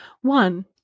one